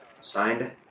Signed